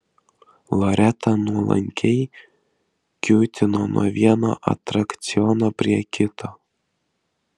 loreta nuolankiai kiūtino nuo vieno atrakciono prie kito